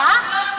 לא.